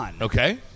Okay